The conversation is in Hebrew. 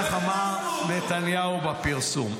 כך אמר נתניהו בפרסום.